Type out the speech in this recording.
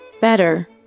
Better